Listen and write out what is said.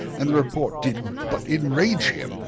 and the report did but enrage him,